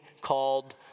called